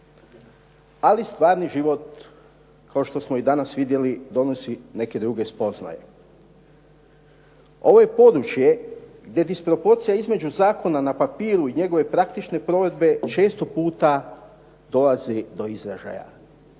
Ali stvarni život kao što smo i danas vidjeli donosi neke nove spoznaje. Ovo je područje gdje je disproporcija između zakona na papiru i njegove praktične provedbe često puta dolazi do izražaja.